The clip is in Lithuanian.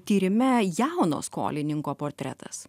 tyrime jauno skolininko portretas